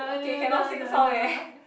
okay cannot sing song eh